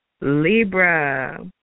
Libra